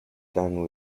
done